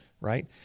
Right